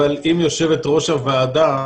אבל אם יושבת ראש הוועדה,